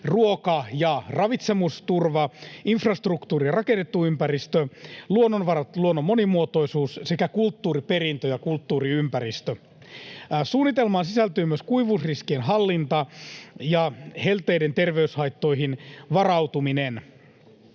ruoka- ja ravitsemusturva, infrastruktuuri ja rakennettu ympäristö, luonnonvarat, luonnon monimuotoisuus sekä kulttuuriperintö ja kulttuuriympäristö. Suunnitelmaan sisältyy myös kuivuusriskien hallinta ja helteiden terveyshaittoihin varautuminen.